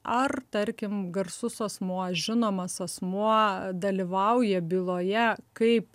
ar tarkim garsus asmuo žinomas asmuo dalyvauja byloje kaip